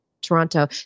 Toronto